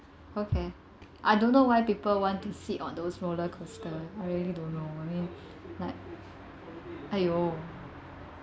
okay I don't know why people want to sit on those roller coaster I really don't know I mean like !aiyo!